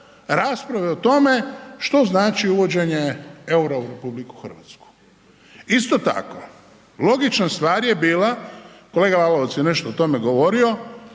rasprave o tome što znači uvođenje eura u RH. Isto tako, logična stvar je bila, kolega Lalovac je nešto o tome govorio,